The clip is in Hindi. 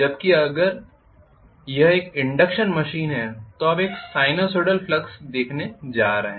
जबकि अगर यह एक इंडक्शन मशीन है तो आप एक साइनसोइडल फ्लक्स देखने जा रहे हैं